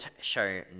show